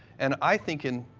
and i think in,